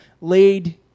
laid